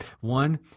One